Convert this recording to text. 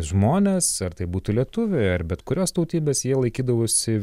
žmonės ar tai būtų lietuviai ar bet kurios tautybės jie laikydavosi